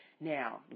Now